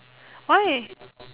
why